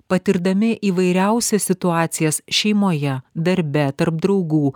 patirdami įvairiausias situacijas šeimoje darbe tarp draugų